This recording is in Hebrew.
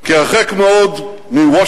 כי הרחק מאוד מוושינגטון,